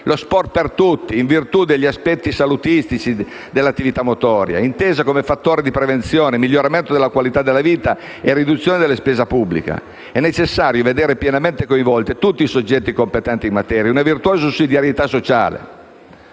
lo sport per tutti, in virtù degli aspetti salutistici dell'attività motoria, intesa come fattore di prevenzione, miglioramento della qualità della vita e riduzione della spesa pubblica. È necessario vedere pienamente coinvolti tutti i soggetti competenti in materia, in una virtuosa sussidiarietà sociale.